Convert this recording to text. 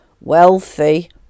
wealthy